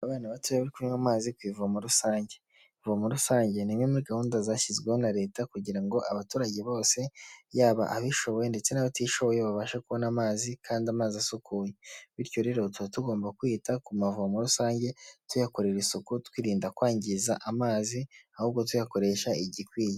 Abana batoya bari kunywa amazi ku ivomo rusange, ivomo rusange ni imwe muri gahunda zashyizweho na leta kugira ngo abaturage bose, yaba abishoboye ndetse n'abatishoboye babashe kubona amazi kandi amazi asukuye, bityo rero tuba tugomba kwita ku mavomo rusange tuyakorera isuku twirinda kwangiza amazi, ahubwo tuyakoresha igikwiye.